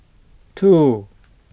two